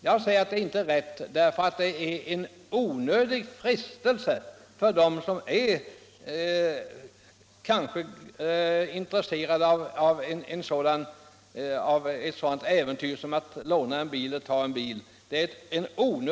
En bil som står olåst med nycklarna i utgör en onödig frestelse för dem som är intresserade av ett sådant äventyr som att låna en bil.